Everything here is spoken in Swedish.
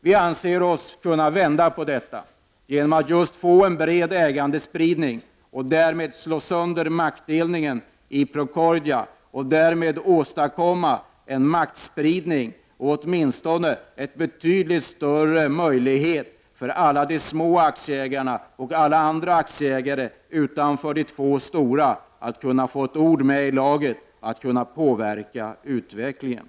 Vi anser oss kunna vända på detta, just genom att få till stånd en bred ägandespridning och därmed slå sönder den förutsatta maktdelningen samt åstadkomma en maktspridning eller åtminstone en betydligt större möjlighet för alla de små aktieägarna och för alla andra aktieägare vid sidan av de två stora att få ett ord med i laget och att påverka utvecklingen.